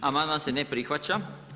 Amandman se ne prihvaća.